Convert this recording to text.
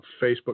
Facebook